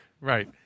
Right